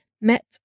met